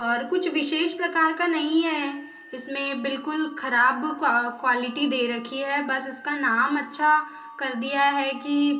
और कुछ विशेष प्रकार का नहीं है इसमें बिलकुल खराब क्वालिटी दे रखी है बस इसका नाम अच्छा कर दिया है कि